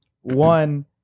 One